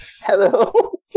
Hello